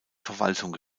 verwaltung